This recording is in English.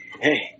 hey